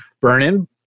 Burn-In